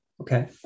Okay